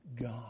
God